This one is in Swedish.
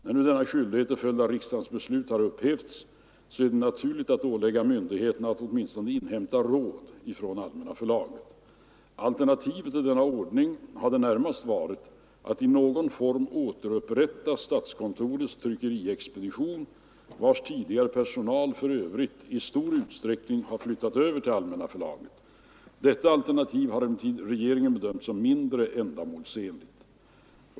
När nu denna skyldighet till följd av riksdagens beslut har upphävts är det naturligt att ålägga myndigheterna att åtminstone inhämta råd från Allmänna förlaget. Alternativet till denna ordning hade närmast varit att i någon form återupprätta statskontorets tryckeriexpedition, vars tidigare personal för övrigt i stor utsträckning flyttade över till Allmänna förlaget. Detta alternativ har emellertid regeringen bedömt som mindre ändamålsenligt.